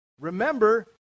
Remember